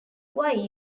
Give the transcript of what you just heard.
why